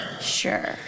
Sure